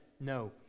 No